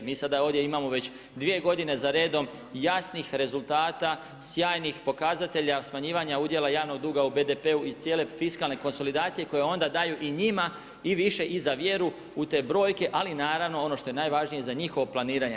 Mi sada ovdje imamo već 2 godine za redom jasnih rezultata, sjajnih pokazatelja, smanjivanja udjela javnog duga u BDP-u i cijele fiskalne konsolidacije koje onda daju i njima i više i za vjeru u te brojke ali naravno, ono što je najvažnije, za njihovo planiranje.